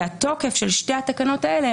והתוקף של שתי התקנות האלה,